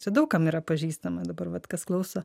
čia daug kam yra pažįstama dabar vat kas klauso